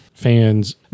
fans